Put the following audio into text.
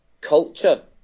culture